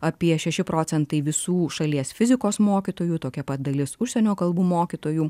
apie šeši procentai visų šalies fizikos mokytojų tokia pat dalis užsienio kalbų mokytojų